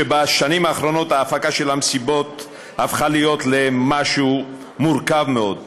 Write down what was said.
כשבשנים האחרונות ההפקה של המסיבות הפכה להיות משהו מורכב מאוד,